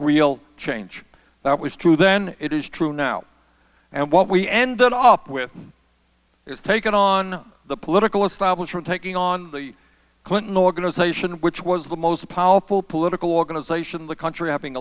real change that was true then it is true now and what we ended up with is taking on the political establishment taking on the clinton organization which was the most powerful political organization in the country having